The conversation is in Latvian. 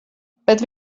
bet